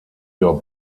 your